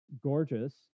gorgeous